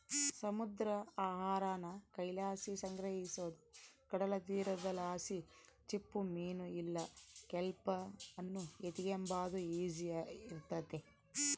ಸಮುದ್ರ ಆಹಾರಾನ ಕೈಲಾಸಿ ಸಂಗ್ರಹಿಸೋದು ಕಡಲತೀರದಲಾಸಿ ಚಿಪ್ಪುಮೀನು ಇಲ್ಲ ಕೆಲ್ಪ್ ಅನ್ನು ಎತಿಗೆಂಬಾದು ಈಸಿ ಇರ್ತತೆ